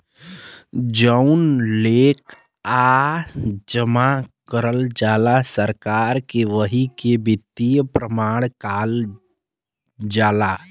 जउन लेकःआ जमा करल जाला सरकार के वही के वित्तीय प्रमाण काल जाला